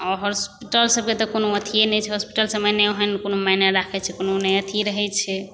आओर हॉस्पिटल सबके तऽ कोनो अथिए नहि छै हॉस्पिटल सबमे नहि ओहन मानि राखै छै कोनो नहि अथी रहै छै